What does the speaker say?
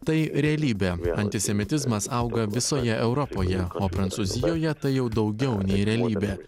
tai realybė antisemitizmas auga visoje europoje o prancūzijoje tai jau daugiau nei realybė